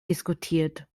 diskutiert